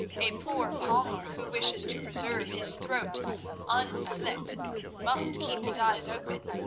a poor palmer who wishes to preserve his throat unslit must keep his eyes open.